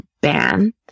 ban